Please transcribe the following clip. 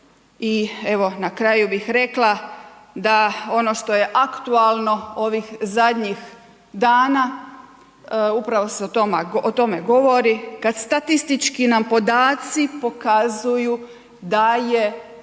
I evo na kraju bih rekla da ono što je aktualno ovih zadnjih dana, upravo se o tome govori, kad statistički nam podaci pokazuju da je